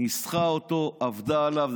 ניסחה אותו, עבדה עליו.